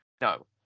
no